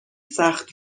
سخت